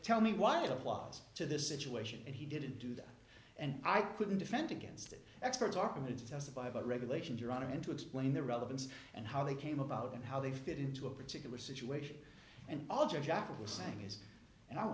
tell me why it was to the situation and he didn't do that and i couldn't defend against it experts are permitted to testify about regulations your honor in to explain the relevance and how they came about and how they fit into a particular situation and all japanese saying is and i